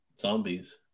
zombies